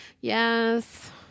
Yes